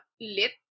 lit